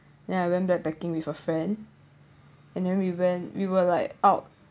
then I went backpacking with a friend and then we went we were like out